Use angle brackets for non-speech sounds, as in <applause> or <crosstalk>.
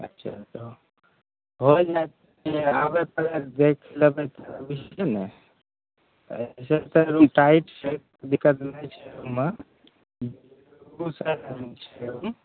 अच्छा होइ जाएत दिक्कत आबिके देखि लेबै तऽ अबैत छी ने एहिसँ तऽ रूम छै कोइ दिक्कत नहि छै ओहिमे <unintelligible>